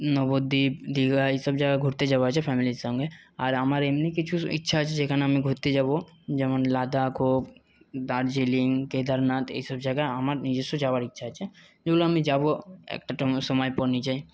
নবদ্বীপ দীঘা এই সব জায়গা ঘুরতে যাওয়া আছে ফ্যামিলির সঙ্গে আর আমার এমনি কিছু ইচ্ছা আছে যেখানে আমি ঘুরতে যাবো যেমন লাদাখ হোক দার্জিলিং কেদারনাথ এই সব জায়গা আমার নিজেস্ব যাওয়ার ইচ্ছা আছে যেগুলো আমি যাবো একটা সময়ের পর নিজে